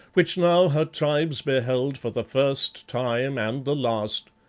which now her tribes beheld for the first time and the last,